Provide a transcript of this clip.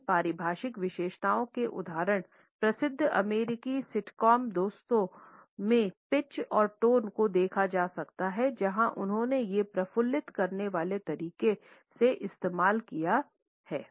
इन पारिभाषिक विशेषताओं के उदाहरण प्रसिद्ध अमेरिकी सिटकॉम दोस्तों में पिच और टोन को देखा जा सकता है जहां उन्होंने ये प्रफुल्लित करने वाले तरीके से इस्तेमाल किया गया है